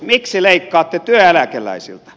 miksi leikkaatte työeläkeläisiltä